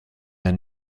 der